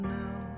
now